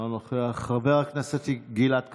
אינו נוכח, חבר הכנסת גלעד קריב,